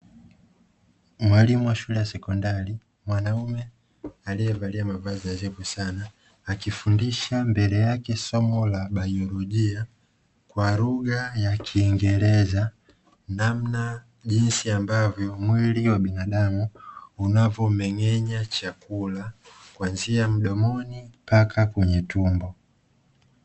Mwalimu wa shule ya sekondari mwanaume aliyevalia mavazi meupe sana akifundisha mbele yake somo la biolojia kwa lugha ya kiingereza namna jinsi ambavyo mwili wa binadamu unavomeng'enya chakula kuanzia mdomoni mpaka kwenye tumbo.